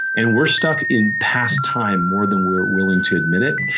and we're stuck in past time more than we're willing to admit it.